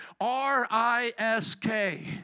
R-I-S-K